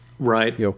Right